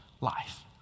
life